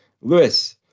Lewis